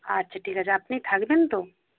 আচ্ছা ঠিক আছে আপনি থাকবেন তো